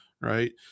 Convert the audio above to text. right